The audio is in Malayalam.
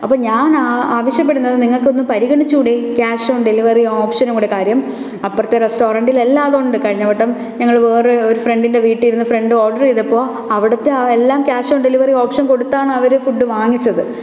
അപ്പോള് ഞാൻ ആവശ്യപ്പെടുന്നത് നിങ്ങള്ക്കൊന്ന് പരിഗണിച്ചുകൂടേ ഈ ക്യാഷ് ഓൺ ഡെലിവറി ഓപ്ഷനും കൂടെ കാര്യം അപ്പുറത്തെ റെസ്റ്റോറന്റിൽ എല്ലാതുണ്ട് കഴിഞ്ഞ വട്ടം ഞങ്ങള് വേറെ ഒരു ഫ്രണ്ടിന്റെ വീട്ടിലിരുന്ന് ഫ്രണ്ട് ഓഡറെയ്തപ്പോള് അവിടത്തെ ആ എല്ലാം ക്യാഷ് ഓൺ ഡെലിവറി ഓപ്ഷൻ കൊടുത്താണ് അവര് ഫുഡ് വാങ്ങിച്ചത്